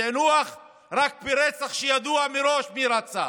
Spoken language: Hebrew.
יש פיענוח רק ברצח שידוע מראש מי רצח,